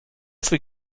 three